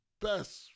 best